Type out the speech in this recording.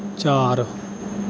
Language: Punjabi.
ਚਾਰ